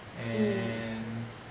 and